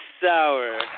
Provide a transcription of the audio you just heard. sour